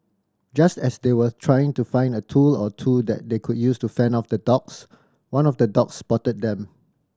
just as they were trying to find a tool or two that they could use to fend off the dogs one of the dogs spotted them